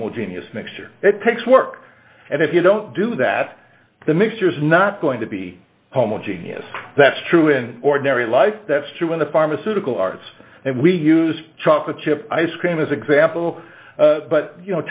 homogeneous mixture it takes work and if you don't do that the mixture is not going to be homogeneous that's true in ordinary life that's true in the pharmaceutical arts and we use chocolate chip ice cream as example but you